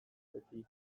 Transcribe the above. beti